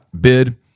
bid